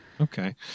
Okay